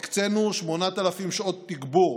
הקצינו 8,000 שעות תגבור